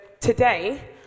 today